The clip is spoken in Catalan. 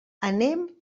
anem